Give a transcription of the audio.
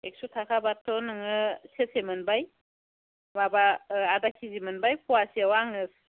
एक्स' थाखाबाथ' नोङो सेरसे मोनबाय नङाबा आदा किजि मोनबाय फवासेयाव आङो